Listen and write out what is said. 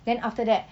then after that